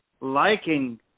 liking